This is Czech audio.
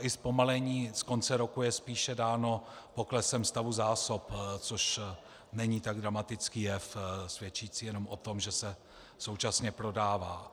I zpomalení z konce roku je spíše dáno poklesem stavu zásob, což není tak dramatický jev svědčící jen o tom, že se současně prodává.